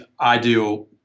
ideal